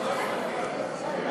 חוק